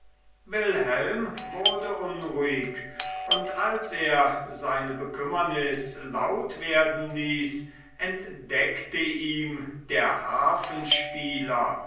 wilhelm wurde unruhig und als er seine bekümmernis laut werden ließ entdeckte ihm der harfenspieler